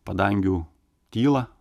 padangių tylą